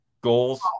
goals